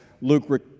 Luke